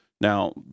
Now